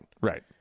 Right